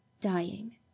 dying